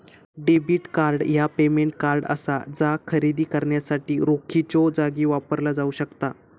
debit card ह्या payment card असा जा खरेदी करण्यासाठी रोखीच्यो जागी वापरला जाऊ शकता